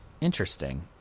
interesting